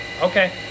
Okay